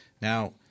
Now